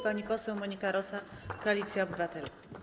Pani poseł Monika Rosa, Koalicja Obywatelska.